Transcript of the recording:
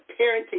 parenting